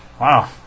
Wow